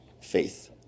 faith